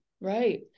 right